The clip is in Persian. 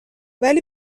ولی